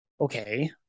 Okay